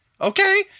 okay